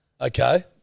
Okay